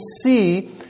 see